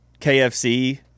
KFC